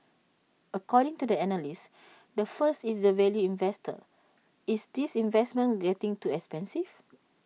according to the analyst the first is the value investor is this investment getting too expensive